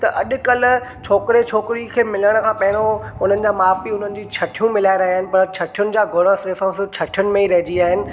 त अॼु कल्ह छोकिरे छोकिरी खे मिलण खां पहिरों हुननि जा माउ पीउ हुननि जी छटियूं मिलाए रहिया आहिनि पर छटियूं जा गुण सिर्फ़ु और सिर्फ़ु छटियुनि में ई रहिजी विया आहिनि